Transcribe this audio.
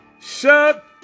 Shut